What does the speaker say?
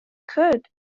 could